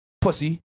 pussy